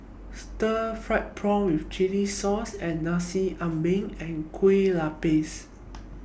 Stir Fried Prawn with Chili Sauce and Nasi Ambeng and Kuih Lopes